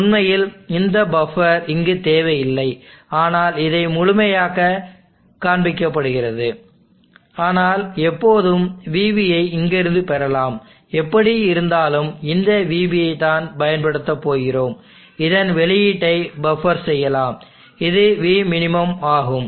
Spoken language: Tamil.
உண்மையில் இந்த பஃப்பர் இங்கு தேவையில்லை ஆனால் இதை முழுமையாக்க காண்பிக்கப்படுகிறது ஆனால் எப்போதும் vB ஐ இங்கிருந்து பெறலாம் எப்படி இருந்தாலும் இந்த vB ஐ தான் பயன்படுத்த போகிறோம் இதன் வெளியீட்டை பஃப்பர் செய்யலாம் இது vmin ஆகும்